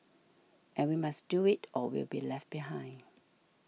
and we must do it or we'll be left behind